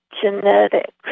genetics